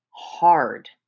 hard